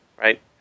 right